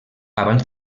abans